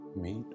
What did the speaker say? Meet